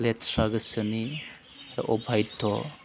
लेथ्रा गोसोनि अभाइध'